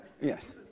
Yes